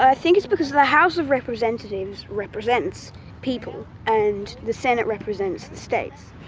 ah think it's because the house of representatives represents people, and the senate represents the states.